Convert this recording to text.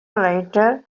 later